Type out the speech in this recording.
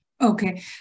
Okay